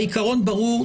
העיקרון ברור.